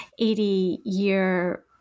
80-year